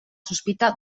sospita